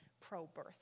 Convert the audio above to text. pro-birth